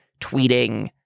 tweeting